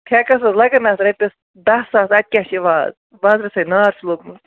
ٹھیکس حظ لَگن اتھ رۄپِیس دہ ساس اَتہِ کیٛاہ چھُ یوان اَز بازرس ہے نار چھُ لوٚگمُت